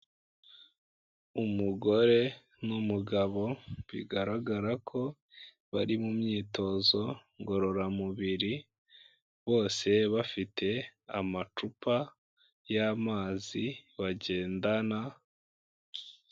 Umugore n'umugabo, bigaragara ko bari mu myitozo ngororamubiri bose bafite amacupa y'amazi bagendana.